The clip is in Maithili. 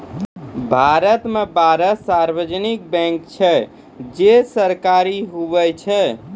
भारत मे बारह सार्वजानिक बैंक छै जे सरकारी हुवै छै